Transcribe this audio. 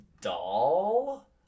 doll